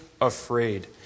afraid